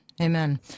Amen